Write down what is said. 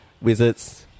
wizards